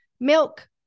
Milk